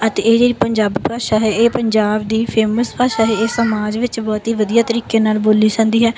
ਅਤੇ ਇਹ ਜਿਹੜੀ ਪੰਜਾਬੀ ਭਾਸ਼ਾ ਹੈ ਇਹ ਪੰਜਾਬ ਦੀ ਫੇਮਸ ਭਾਸ਼ਾ ਹੈ ਇਹ ਸਮਾਜ ਵਿੱਚ ਬਹੁਤ ਹੀ ਵਧੀਆ ਤਰੀਕੇ ਨਾਲ ਬੋਲੀ ਜਾਂਦੀ ਹੈ